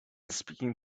speaking